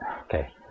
Okay